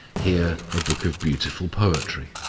here a book of beautiful poetry,